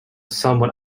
somewhat